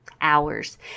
hours